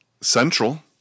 central